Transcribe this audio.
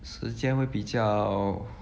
时间会比较